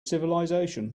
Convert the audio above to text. civilization